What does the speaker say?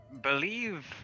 believe